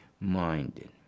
minded